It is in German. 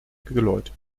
geläut